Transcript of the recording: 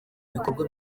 ibikorwa